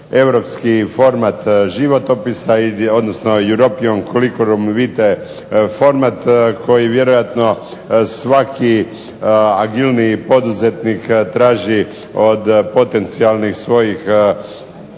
europski format životopisa, odnosno European Curicullum Vitae format koji vjerojatno svaki agilniji poduzetnik traži od potencijalnih svojih